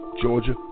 Georgia